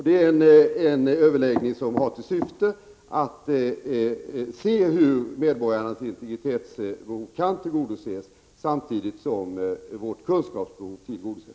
Dessa överläggningar har till syfte att se hur medborgarnas integritetsbehov kan tillgodoses samtidigt som vårt kunskapsbehov tillgodoses.